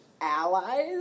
allies